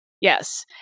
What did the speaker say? Yes